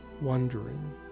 wondering